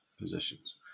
positions